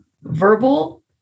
verbal